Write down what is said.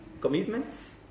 commitments